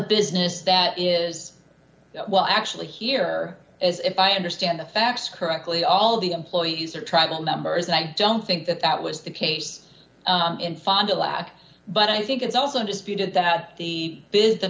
business that is well actually here is if i understand the facts correctly all the employees are travel numbers and i don't think that that was the case in fond du lac but i think it's also disputed that the